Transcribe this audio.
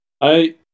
I